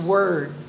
Word